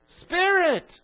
spirit